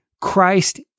Christ